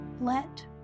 let